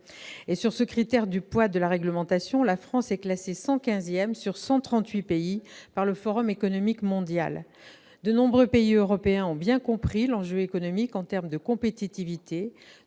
Selon le critère du poids de la réglementation, la France est classée au 115 rang sur 138 pays par le Forum économique mondial. De nombreux pays européens ont bien compris l'enjeu en termes de compétitivité